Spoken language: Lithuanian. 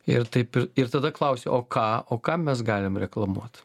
ir taip ir ir tada klausiu o ką o ką mes galim reklamuot